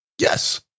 yes